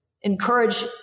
encourage